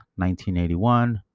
1981